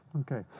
okay